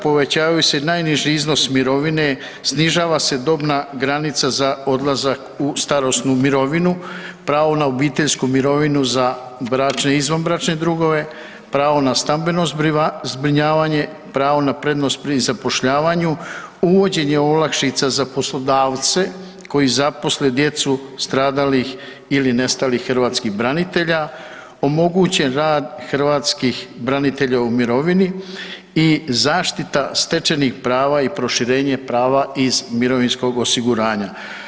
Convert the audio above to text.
Povećavaju se najniži iznosi mirovine, snižava se dobna granica za odlazak u starosnu mirovinu, pravo na obiteljsku mirovinu za bračne i izvanbračne drugove, pravo na stambeno zbrinjavanje, pravo na prednost pri zapošljavanju, uvođenje olakšica za poslodavce koji zaposle djecu stradalih ili nestalih hrvatskih branitelja, omogućen rad hrvatskih branitelja u mirovini i zaštita stečenih prava i proširenje prava iz mirovinskog osiguranja.